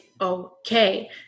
okay